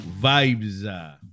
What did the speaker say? vibes